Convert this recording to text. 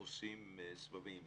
עושים סבבים.